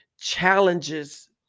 challenges